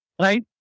Right